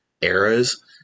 eras